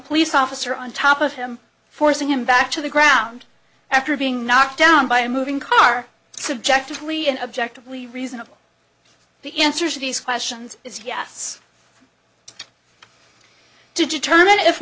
police officer on top of him forcing him back to the ground after being knocked down by a moving car subjectively and objectively reasonable the answer to these questions is yes to determine if